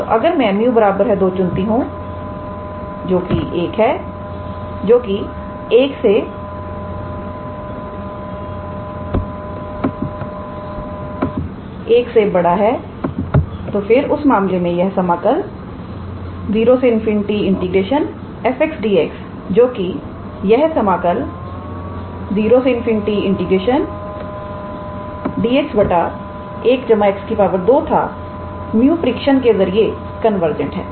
तो अगर मैं 𝜇 2 चुनती हूं जो कि 1 से बड़ा है से तो फिर उस मामले में यह समाकल0∞𝑓𝑥𝑑𝑥 जो कि यह समाकल 0∞𝑑𝑥1𝑥 2 था 𝜇 परीक्षण 𝜇 test के जरिए कन्वर्जेंट है